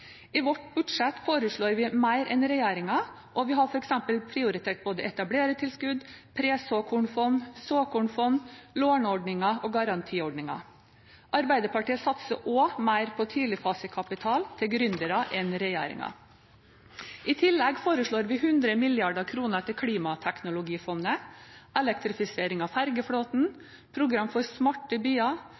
I vårt budsjett foreslår vi mer enn regjeringen, og vi har f.eks. prioritert både etablerertilskudd, presåkornfond, såkornfond, låneordninger og garantiordninger. Arbeiderpartiet satser også mer på tidligfasekapital til gründere enn regjeringen. I tillegg foreslår vi 100 mrd. kr til klimateknologifondet, elektrifisering av fergeflåten, program for smarte byer,